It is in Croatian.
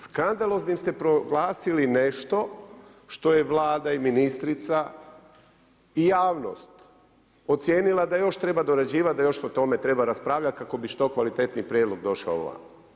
Skandaloznim ste proglasili nešto što je Vlada i ministrica i javnost ocijenila da još treba dorađivati i da još o tome treba raspravljati kako bi što kvalitetniji prijedlog došao ovamo.